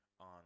on